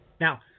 now